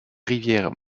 rivières